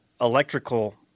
electrical